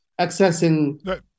accessing